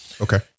Okay